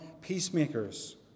peacemakers